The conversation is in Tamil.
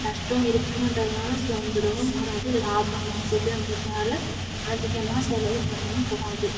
நஷ்டம் இருக்கின்றதுனால சோர்ந்துறவும் கூடாது லாபம் இருக்குதுங்றதுனால அதிகமாக செலவு பண்ணவும் கூடாது